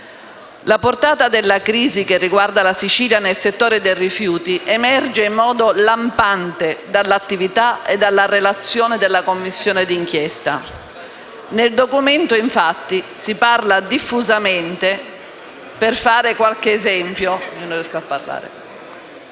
La portata della crisi che riguarda la Sicilia nel settore dei rifiuti emerge in modo lampante dall'attività e dalla relazione della Commissione di inchiesta. Nel documento, infatti, si parla diffusamente di sistema di